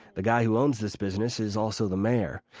the guy who owns this business is also the mayor.